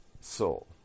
soul